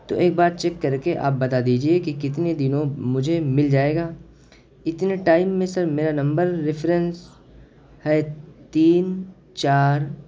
تو ایک بار چیک کر کے آپ بتا دیجیے کہ کتنے دنوں مجھے مل جائے گا اتنے ٹائم میں سر میرا نمبر ریفرنس ہے تین چار